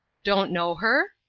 don't know her?